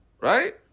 Right